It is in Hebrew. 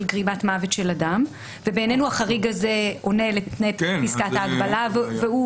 גרימת מוות של אדם ובעינינו החריג הזה עונה לתנאי פסקת ההגבלה והוא